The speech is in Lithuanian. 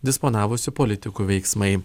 disponavusių politikų veiksmai